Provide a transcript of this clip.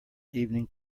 evening